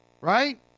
Right